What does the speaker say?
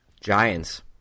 giants